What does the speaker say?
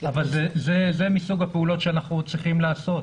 אבל זה מסוג הפעולות שאנחנו עוד צריכים לעשות.